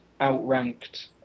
outranked